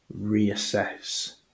reassess